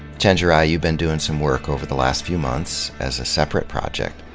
chenjerai, you've been doing some work over the last few months as a separate project,